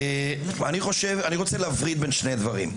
אני רוצה להפריד בין שני דברים,